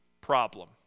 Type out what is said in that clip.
problem